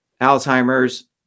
Alzheimer's